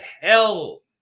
hell